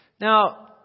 Now